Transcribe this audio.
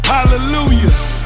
Hallelujah